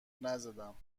نزدم